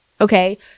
okay